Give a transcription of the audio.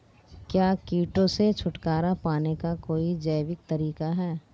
क्या कीटों से छुटकारा पाने का कोई जैविक तरीका है?